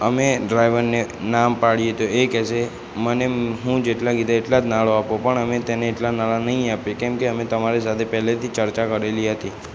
અમે ડ્રાઇવરને ના પાડી તો એ કહે છે મને હું જેટલા કીધા એટલાં જ નાણું આપો પણ અમે તેને એટલાં નાણાં નહીં આપીએ કેમ કે અમે તમારી સાથે પહેલેથી ચર્ચા કરેલી હતી